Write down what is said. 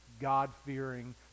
God-fearing